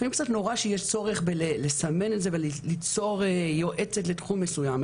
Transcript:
לפעמים קצת נורא שיש צורך בלסמן את זה וליצור יועצת לתחום מסוים,